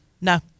No